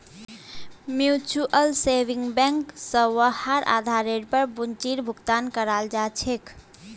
mutual saving bank स वहार आधारेर पर पूंजीर भुगतान कराल जा छेक